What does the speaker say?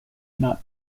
not